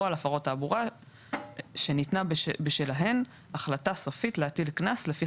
יבוא "או על הפרות תעבורה שניתנה בשלהן החלטה סופית להטיל קנס לפי